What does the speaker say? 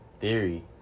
theory